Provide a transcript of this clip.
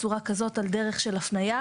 במצגת איך זה הולך לעבוד הדבר הזה.